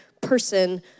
person